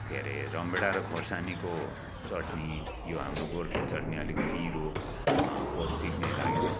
के अरे रामभेडाँ र खोर्सानीको चट्नी यो हाम्रो गोर्खे चट्नी अलिक पिरो पोष्टिक नै लाग्यो